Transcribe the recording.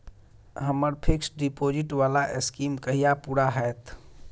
हम्मर fixed deposit वला scheme कहिया पूरा हैत?